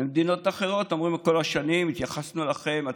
במדינות אחרות אמרו כל השנים: התייחסנו אליכם,